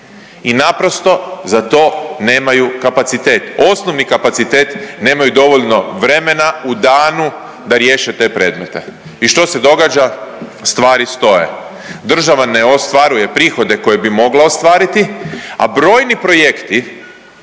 i naprosto za to nemaju kapacitet, osnovni kapacitet nemaju dovoljno vremena u danu da riješe te predmete i što se događa? Stvari stoje, država ne ostvaruje prihode koje bi mogla ostvariti, a brojni projekti,